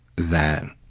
that